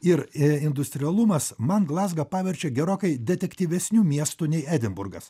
ir industrialumas man glazgą paverčia gerokai detektivesniu miestu nei edinburgas